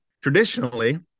traditionally